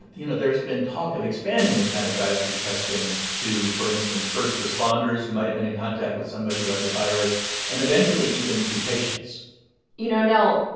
you know, there's been talk of expanding this kind of drive-through testing to, for instance, first responders who might have been in contact with somebody who had the virus and, eventually, eventually, even to patients you know, nell,